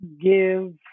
give